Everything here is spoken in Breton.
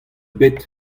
bet